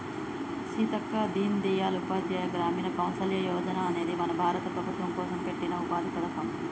సీతక్క దీన్ దయాల్ ఉపాధ్యాయ గ్రామీణ కౌసల్య యోజన అనేది మన భారత ప్రభుత్వం కోసం పెట్టిన ఉపాధి పథకం